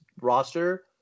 roster